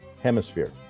Hemisphere